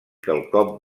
quelcom